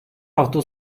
hafta